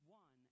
one